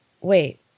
Wait